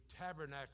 tabernacle